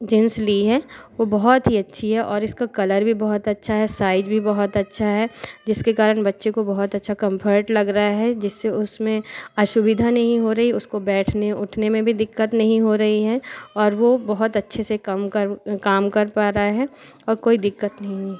jeans ली हैं वह बहुत ही अच्छी है और इसका कलर भी बहुत अच्छा है साइज़ भी बोहोत अच्छा है जिसके कारण बच्चे को बहुत अच्छा कम्फर्ट लग रहा है जिससे उसमें असुविधा नहीं हो रही उसको बैठने उठने में भी दिक्कत नहीं हो रही हैं और वह बहुत अच्छे से कम कम काम कर पा रा है और कोई दिक्कत नहीं है